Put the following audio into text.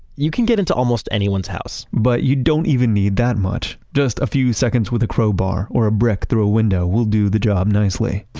you can get into almost anyone's house but you don't even need that much just a few seconds with a crowbar or a brick through a window will do the job nicely